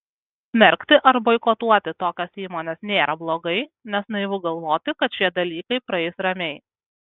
smerkti ar boikotuoti tokias įmones nėra blogai nes naivu galvoti kad šie dalykai praeis ramiai